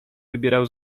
wybierał